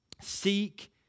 seek